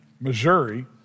Missouri